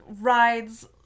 rides